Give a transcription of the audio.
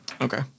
Okay